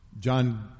John